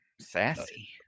sassy